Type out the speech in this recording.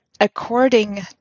according